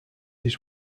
his